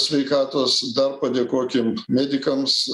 sveikatos dar padėkokim medikams